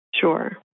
Sure